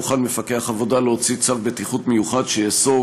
יוכל מפקח עבודה להוציא צו בטיחות מיוחד שיאסור